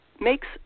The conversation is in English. makes